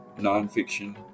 nonfiction